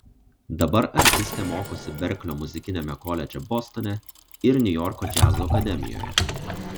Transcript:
dabar artistė mokosi berklio muzikiniame koledže bostone ir niujorko džiazo akademijoje